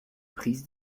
prises